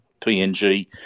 PNG